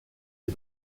des